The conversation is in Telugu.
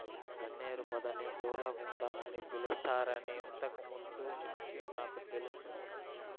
గన్నేరు పొదని దూలగుండ అని పిలుస్తారని ఇంతకు ముందు నుంచే నాకు తెలుసును